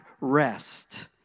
rest